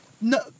no